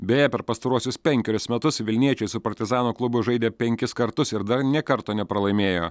beje per pastaruosius penkerius metus vilniečiai su partizano klubu žaidė penkis kartus ir dar nė karto nepralaimėjo